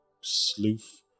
sleuth